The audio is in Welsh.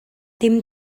dim